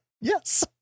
yes